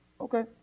Okay